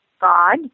god